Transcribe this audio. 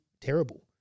terrible